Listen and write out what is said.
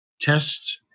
tests